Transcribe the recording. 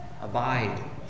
Abide